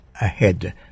ahead